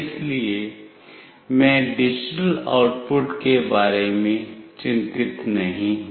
इसलिए मैं digital output के बारे में चिंतित नहीं हूं